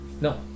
No